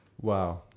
Wow